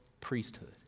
priesthood